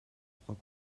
trois